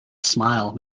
smile